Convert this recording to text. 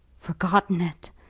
forgotten it!